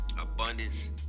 abundance